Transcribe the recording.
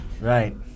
Right